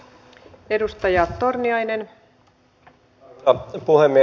arvoisa puhemies